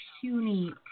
puny